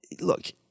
look